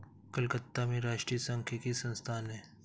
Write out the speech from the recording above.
कलकत्ता में राष्ट्रीय सांख्यिकी संस्थान है